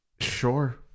Sure